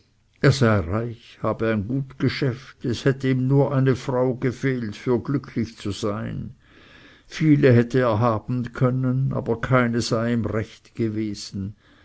reich habe ein gut geschäft es hätte ihm nur eine frau gefehlt für glücklich zu sein viele hätte er haben können aber keine sei ihm recht gewesen